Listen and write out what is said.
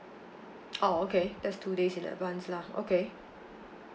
oh okay that's two days in advance lah okay